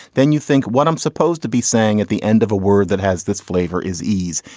then you think what i'm supposed to be saying at the end of a word that has this flavor is ease.